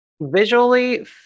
Visually